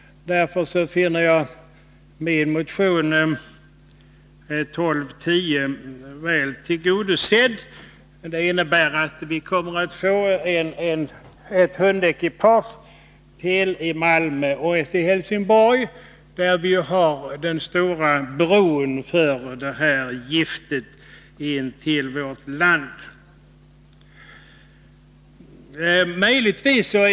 Därför finner jag min motion 1210 väl tillgodosedd. Det innebär att vi kommer att få ytterligare ett hundekipage i Malmö och ett i Helsingborg, där vi har det stora inflödet av narkotika till vårt land.